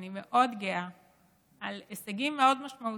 אני מאוד גאה על הישגים מאוד משמעותיים,